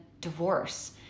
divorce